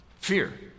Fear